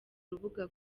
rubuga